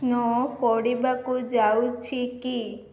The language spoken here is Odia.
ସ୍ନୋ ପଡ଼ିବାକୁ ଯାଉଛି କି